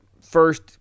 first